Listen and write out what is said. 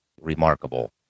remarkable